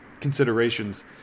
considerations